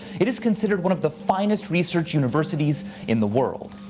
it is considered one of the finest research universities in the world.